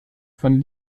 von